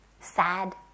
sad